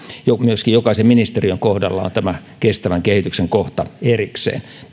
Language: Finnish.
myöskin jokaisen ministeriön kohdalla on tämä kestävän kehityksen kohta erikseen